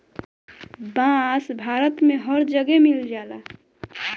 बांस भारत में हर जगे मिल जाला